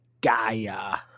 Gaia